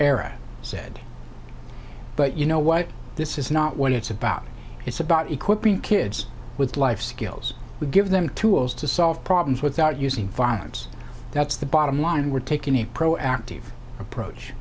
era said but you know what this is not what it's about it's about equipping kids with life skills we give them tools to solve problems without using violence that's the bottom line and we're taking a proactive approach